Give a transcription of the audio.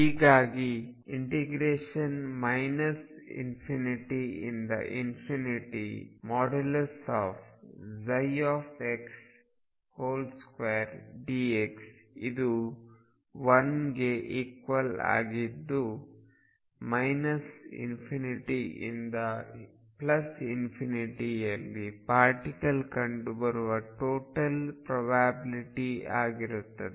ಹೀಗಾಗಿ ∞ ψ2dxಇದು 1 ಗೆ ಇಕ್ವಲ್ ಆಗಿದ್ದು −∞ ಇಂದ ∞ ಯಲ್ಲಿ ಪಾರ್ಟಿಕಲ್ ಕಂಡುಬರುವ ಟೋಟಲ್ ಪ್ರೊಬ್ಯಾಬಿಲ್ಟಿ ಆಗಿರುತ್ತದೆ